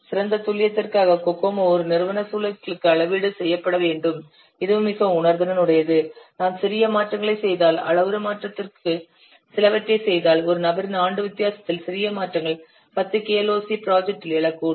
சிறந்த துல்லியத்திற்காக கோகோமோ ஒரு நிறுவன சூழலுக்கு அளவீடு செய்யப்பட வேண்டும் இது மிகவும் உணர்திறன் உடையது நாம் சிறிய மாற்றங்களைச் செய்தால் அளவுரு மாற்றத்திற்கு சிலவற்றைச் செய்தால் ஒரு நபரின் ஆண்டு வித்தியாசத்தில் சிறிய மாற்றங்கள் 10 KLOC ப்ராஜெக்ட் இல் எழக்கூடும்